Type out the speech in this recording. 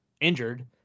injured